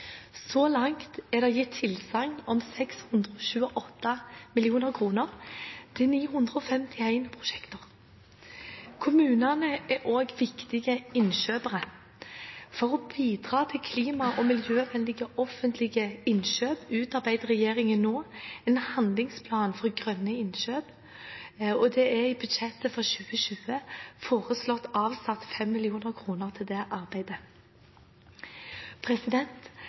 Så langt er det gitt tilsagn om 628 mill. kr til 951 prosjekter. Kommunene er også viktige innkjøpere. For å bidra til klima- og miljøvennlige offentlige innkjøp utarbeider regjeringen nå en handlingsplan for grønne innkjøp, og det er i budsjettet for 2020 foreslått avsatt 5 mill. kr til dette arbeidet.